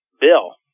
bill